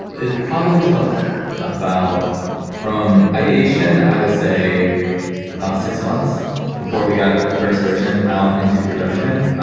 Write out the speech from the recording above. it probably took about from ideation, i would say about six months before we got the first version out into production.